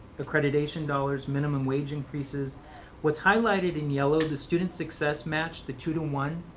accreditation dollars, minimum wage increases what's highlighted in yellow, the student success match, the two to one,